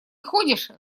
ходишь